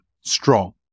strong